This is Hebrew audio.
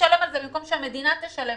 במקום שהמדינה תשלם,